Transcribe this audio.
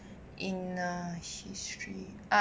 in a history